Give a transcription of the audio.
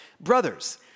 Brothers